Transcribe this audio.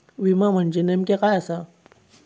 विमा म्हणजे नेमक्या काय आसा?